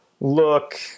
look